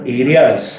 areas